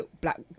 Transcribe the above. black